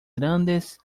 grandes